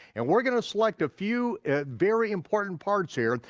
and we're gonna select a few very important parts here,